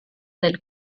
del